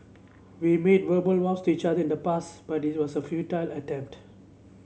we made verbal vows to each other in the past but it was a futile attempt